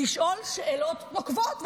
לשאול את השאלות החשובות באמת.